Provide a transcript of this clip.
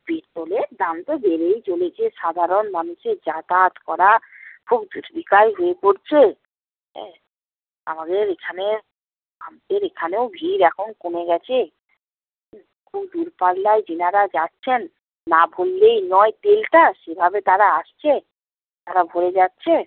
পেট্রোলের দাম তো বেড়েই চলেছে সাধারণ মানুষের যাতায়াত করা খুব হয়ে পড়ছে হ্যাঁ আমাদের এখানে আমাদের এখানেও ভিড় এখন কমে গেছে দূরপাল্লায় যেনারা যাচ্ছেন না ভরলেই নয় তেলটা সেভাবে তারা আসছে তারা ভরে যাচ্ছে